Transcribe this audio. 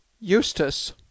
Eustace